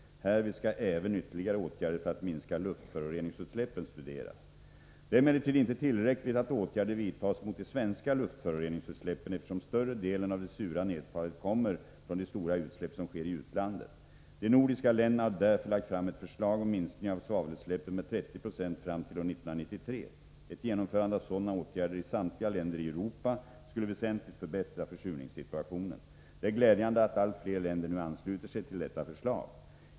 Härvid skall även ytterligare åtgärder för att minska luftföroreningsutsläppen studeras. Det är emellertid inte tillräckligt att åtgärder vidtas mot de svenska luftföroreningsutsläppen, eftersom större delen av det sura nedfallet kommer från de stora utsläpp som sker i utlandet. De nordiska länderna har därför lagt fram ett förslag om minskning av svavelutsläppen med 30 96 fram till år 1993. Ett genomförande av sådana åtgärder i samtliga länder i Europa skulle väsentligt förbättra försurningssituationen. Det är glädjande att allt fler länder nu ansluter sig till detta förslag.